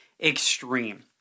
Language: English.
extreme